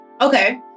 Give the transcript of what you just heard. Okay